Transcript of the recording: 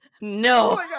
No